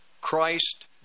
Christ